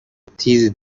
تیزی